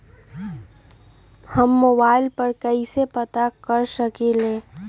हम मोबाइल पर कईसे पता कर सकींले?